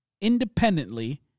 independently